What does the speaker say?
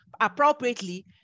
appropriately